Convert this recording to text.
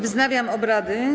Wznawiam obrady.